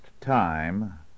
time